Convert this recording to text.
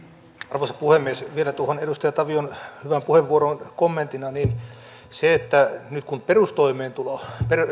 arvoisa puhemies vielä tuohon edustaja tavion hyvään puheenvuoroon kommenttina se että nyt kun perustoimeentulo